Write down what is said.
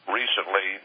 recently